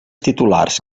titulars